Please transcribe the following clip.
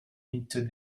into